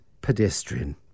pedestrian